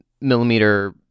millimeter